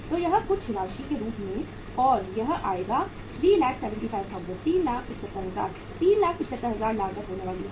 तो यह कुछ राशि के रूप में और यह आएगा 375000 375000 लागत होने वाली है